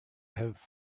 have